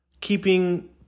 keeping